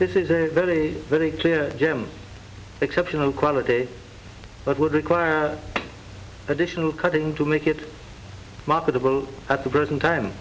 this is a very clear jim exceptional quality but would require additional cutting to make it marketable at the present time